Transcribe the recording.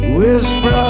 Whisper